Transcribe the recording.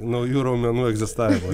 naujų raumenų egzistavimą